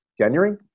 January